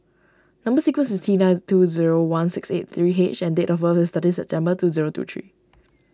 Number Sequence is T nine two zero one six eight three H and date of birth is thirteen September two zero two three